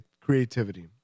creativity